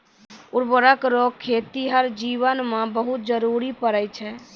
उर्वरक रो खेतीहर जीवन मे बहुत जरुरी पड़ै छै